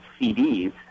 CDs